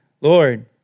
Lord